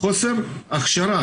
חוסר הכשרה.